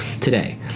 today